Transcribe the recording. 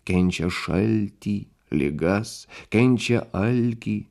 kenčia šaltį ligas kenčia alkį